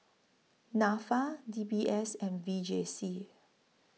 Nafa D B S and V J C